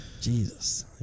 Jesus